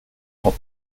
hop